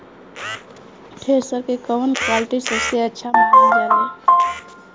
Thresher के कवन quality सबसे अच्छा मानल जाले?